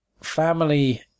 family